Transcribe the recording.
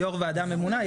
יו"ר ועדה ממונה,